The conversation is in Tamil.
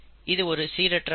இது ஒரு சீரற்ற அமைப்பு